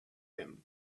him